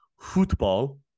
Football